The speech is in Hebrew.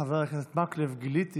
חבר הכנסת מקלב, גיליתי